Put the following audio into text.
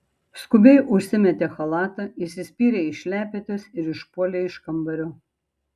skubiai užsimetė chalatą įsispyrė į šlepetes ir išpuolė iš kambario